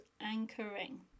anchoring